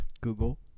Google